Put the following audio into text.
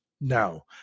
No